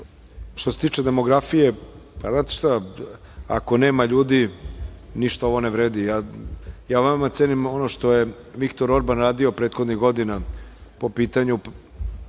se tiče demografije, znate, ako nema ljudi, ništa ovo ne vredi. Ja veoma cenim ono što je Viktor Orban radio prethodnih godina po pitanju